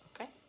Okay